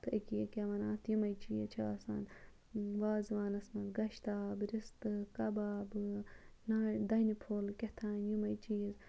تہٕ أکیٛاہ یہِ کیٛاہ وَنان اَتھ یِمَے چیٖز چھِ آسان وازوانَس منٛز گۄشتاب رِستہٕ کَبابہٕ نا دَنہِ پھوٚل کیٛاہ تام یِمَے چیٖز